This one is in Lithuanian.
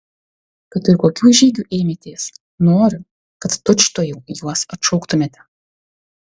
kad ir kokių žygių ėmėtės noriu kad tučtuojau juos atšauktumėte